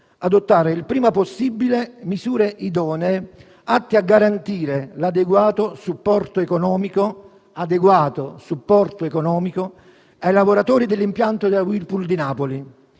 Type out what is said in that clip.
adottare il prima possibile misure idonee atte a garantire l'adeguato supporto economico ai lavoratori dell'impianto della Whirlpool di Napoli,